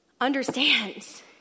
understands